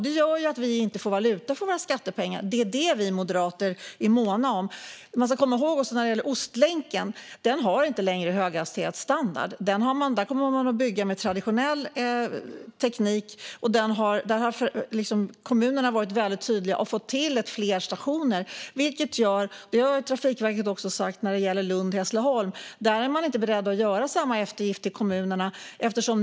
Det gör att vi inte får valuta för våra skattepengar. Det är vi moderater måna om. När det gäller Ostlänken ska man också komma ihåg att den inte längre har höghastighetsstandard. Där kommer man att bygga med traditionell teknik. Där har kommunerna varit väldigt tydliga och fått till fler stationer. Trafikverket har sagt när det gäller Lund-Hässleholm att man inte är beredd att göra samma eftergifter till kommunerna.